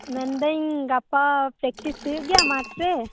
ᱢᱮᱱ ᱫᱟᱹᱧ ᱜᱟᱯᱟ ᱯᱮᱠᱴᱤᱥ ᱦᱩᱭᱩᱜ ᱜᱮᱭᱟ ᱢᱟᱴᱷ ᱨᱮ